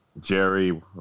Jerry